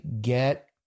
get